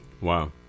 Wow